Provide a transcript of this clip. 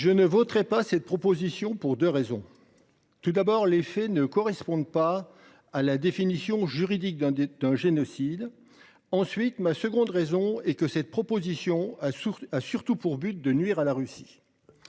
Je ne voterai pas cette proposition pour 2 raisons. Tout d'abord les faits ne correspondent pas à la définition juridique d'un est un génocide. Ensuite ma seconde raison est que cette proposition source a surtout pour but de nuire à la Russie.